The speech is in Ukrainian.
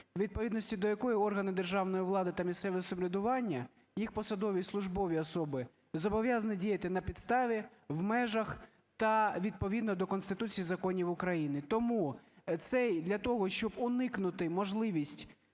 відповідності до якої органи державної влади та місцеве самоврядування, їх посадові і службові особи зобов'язані діяти на підставі, в межах та відповідно до Конституції і законів України. Тому це для того, щоб уникнути можливість